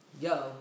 yo